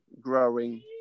growing